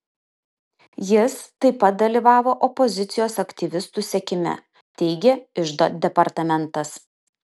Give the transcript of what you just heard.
jis taip pat dalyvavo opozicijos aktyvistų sekime teigė iždo departamentas